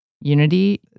unity